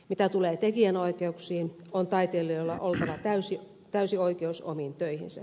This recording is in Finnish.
mitä tulee tekijänoikeuksiin on taiteilijoilla oltava täysi oikeus omiin töihinsä